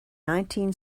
nineteen